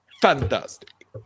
Fantastic